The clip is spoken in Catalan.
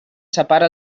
separa